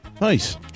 Nice